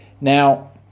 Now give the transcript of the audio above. Now